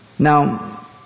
Now